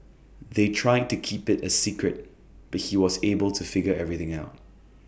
they tried to keep IT A secret but he was able to figure everything out